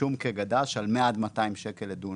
פיצוי לענף השום של 100 עד 200 שקל לדונם,